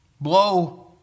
Blow